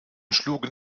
schlugen